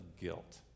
guilt